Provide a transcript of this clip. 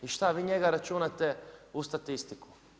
I šta vi njega računate u statistiku?